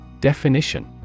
Definition